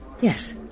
Yes